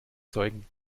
zeugen